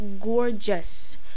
gorgeous